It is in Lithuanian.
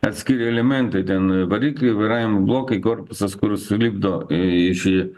atskiri elementai ten varikliai vairavimo blokai korpusas kur sulipdo į šį